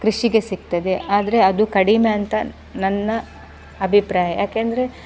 ಕೃಷಿಗೆ ಸಿಕ್ತದೆ ಆದರೆ ಅದು ಕಡಿಮೆ ಅಂತ ನನ್ನ ಅಭಿಪ್ರಾಯ ಯಾಕೆಂದರೆ